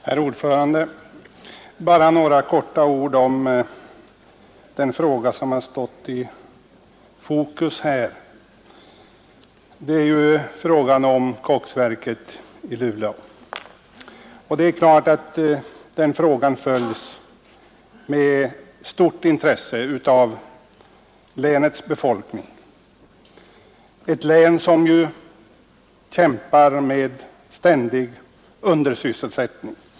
Herr talman! Bara några kortfattade ord om den fråga som har stått i fokus här, nämligen koksverket i Luleå. Det är klart att den frågan följs med stort intresse av befolkningen i länet — ett län som ju kämpar med ständig undersysselsättning.